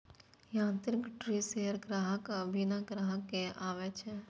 यांत्रिक tree shaker संग्राहक आ बिना संग्राहक के आबै छै